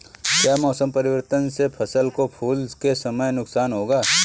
क्या मौसम परिवर्तन से फसल को फूल के समय नुकसान होगा?